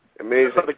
amazing